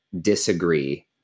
disagree